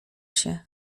się